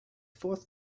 fourth